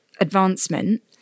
advancement